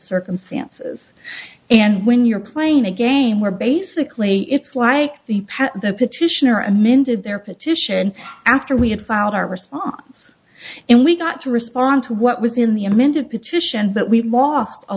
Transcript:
circumstances and when you're playing a game where basically it's like the pass the petitioner amended their petition after we had filed our response and we got to respond to what was in the amended petition that we've lost a